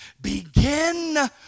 begin